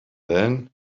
then